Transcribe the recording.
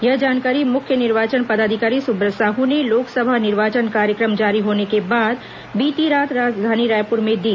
यह जानकारी मुख्य निर्वाचन पदाधिकारी सुब्रत साह ने लोकसभा निर्वाचन कार्यक्रम जारी होने के बाद बीती रात राजधानी रायपुर में दी